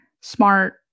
smart